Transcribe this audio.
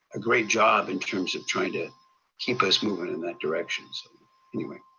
a great job in terms of trying to keep us moving in that direction. so anyway,